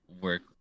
work